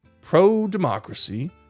pro-democracy